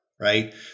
right